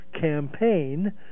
campaign